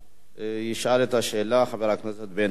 ישאל את השאלה חבר הכנסת בן-ארי.